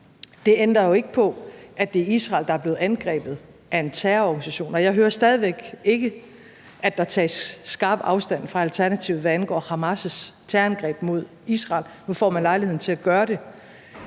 det ændrer ikke på, at det er Israel, der er blevet angrebet af en terrororganisation. Og jeg hører stadig ikke, at der tages skarp afstand fra Alternativets side, hvad angår Hamas' terrorangreb på Israel, men nu får man lejlighed til at gøre det.